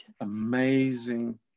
Amazing